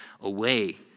away